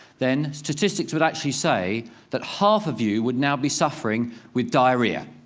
then statistics would actually say that half of you would now be suffering with diarrhea.